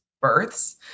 births